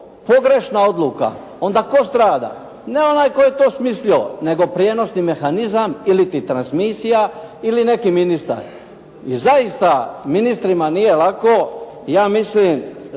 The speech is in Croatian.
pogrešna odluka, onda tko strada, ne onaj tko je to smislio, nego prijenosni mehanizam, ili transmisija ili neki ministar. I zaista ministrima nije lako, ja mislim,